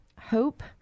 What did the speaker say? Hope